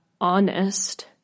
honest